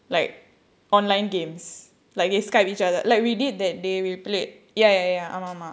like online games like they Skype each other like we did that day we played ya ya ya ஆமா ஆமா:aamaa aamaa